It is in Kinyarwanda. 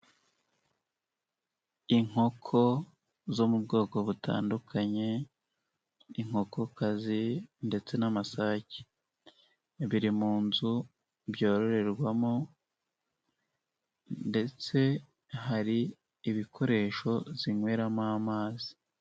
Inkoko zo mu bwoko butandukanye inkokokazi ndetse n'amasake, biri mu nzu byororerwamo ndetse hari ibikoresho zinyweramo amazi.